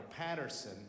Patterson